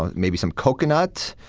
maybe some coconut,